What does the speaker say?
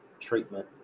treatment